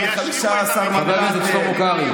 על אפך וחמתך יעברו החוקים.